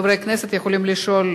חברי הכנסת יכולים לשאול,